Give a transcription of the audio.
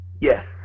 yes